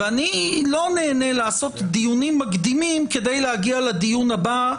אני לא נהנה לעשות דיונים מקדימים כדי להגיע לדיון הבא.